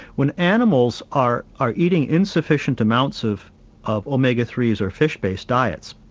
when animals are are eating insufficient amounts of of omega three s or fish-based diets,